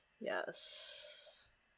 Yes